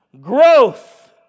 growth